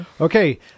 Okay